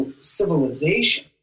civilization